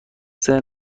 ذهن